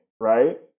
right